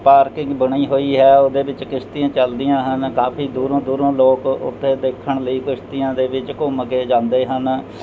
parking ਬਣੀ ਹੋਈ ਹੈ ਉਹਦੇ ਵਿੱਚ ਕਿਸ਼ਤੀਆਂ ਚੱਲਦੀਆਂ ਹਨ ਕਾਫੀ ਦੂਰੋਂ ਦੂਰੋਂ ਲੋਕ ਉੱਥੇ ਦੇਖਣ ਲਈ ਕਿਸ਼ਤੀਆਂ ਦੇ ਵਿੱਚ ਘੁੰਮ ਕੇ ਜਾਂਦੇ ਹਨ